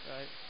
Right